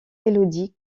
élodie